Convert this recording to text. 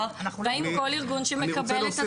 והאם כל ארגון שמקבל את התמיכה הוא ---?